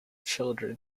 children